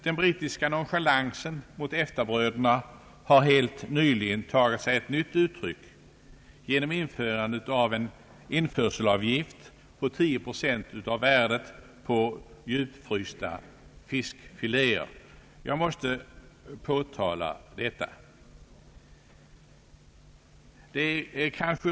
Den brittiska nonchalansen mot EFTA-bröderna har helt nyligen tagit sig ännu ett uttryck genom beslutet av den 6 november om en införselavgift med 10 procent av värdet på djupfrysta fiskfiléer. Jag måste påtala och fästa regeringens uppmärksamhet på detta.